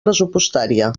pressupostària